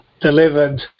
delivered